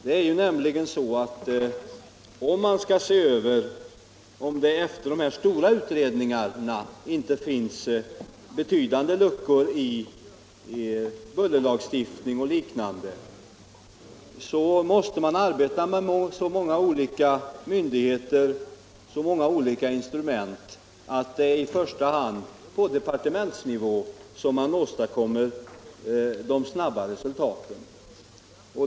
Om man sedan de stora utredningarna är klara skall se över att det inte finns betydande luckor i bullerlagstiftning och liknande, måste man arbeta med så många olika myndigheter och så många olika instrument att det är i första hand på departementsnivå som man åstadkommer de snabba resultaten.